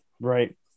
right